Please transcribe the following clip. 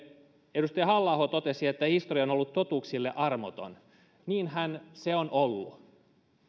edustaja halla aho totesi että historia on ollut totuuksille armoton niinhän se on ollut